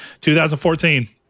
2014